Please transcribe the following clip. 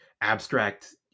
abstract